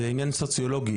זה עניין סוציולוגי,